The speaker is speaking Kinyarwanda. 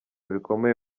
bikomeye